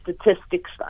statistics